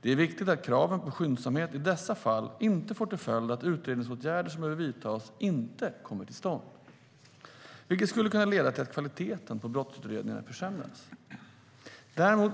Det är viktigt att kraven på skyndsamhet i dessa fall inte får till följd att utredningsåtgärder som behöver vidtas inte kommer till stånd, vilket skulle kunna leda till att kvaliteten på brottsutredningarna försämras. Däremot